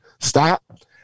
stop